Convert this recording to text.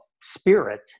spirit